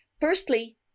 Firstly